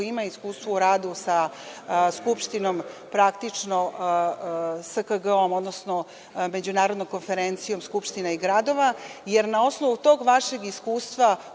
sa iskustvom u radu sa Skupštinom, praktično SKGO-om, odnosno Međunarodnom konferencijom skupština i gradova, jer na osnovu tog vašeg iskustva